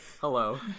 Hello